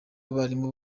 abarimu